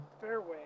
Fairway